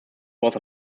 was